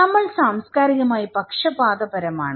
നമ്മൾ സാംസ്കാരികമായി പക്ഷപാതപരമാണ്